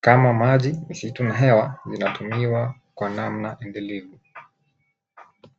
kama maji, misitu na hewa zinatumiwa kwa namna endelevu.